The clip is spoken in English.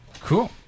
Cool